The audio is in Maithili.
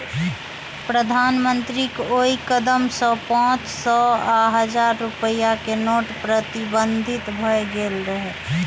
प्रधानमंत्रीक ओइ कदम सं पांच सय आ हजार रुपैया के नोट प्रतिबंधित भए गेल रहै